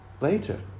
later